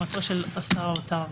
ובאישור ועדת החוקה חוק ומשפט של הכנסת,